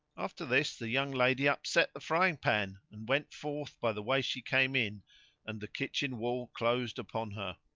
after this the young lady upset the frying pan and went forth by the way she came in and the kitchen wall closed upon her.